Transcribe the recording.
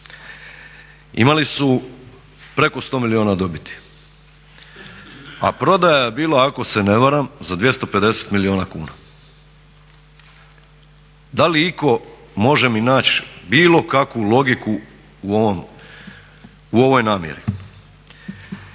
Imali su preko 100 milijuna dobiti, a prodaja je bila ako se ne varam za 250 milijuna kuna. Da li itko može mi naći bilo kakvu logiku u ovoj namjeri?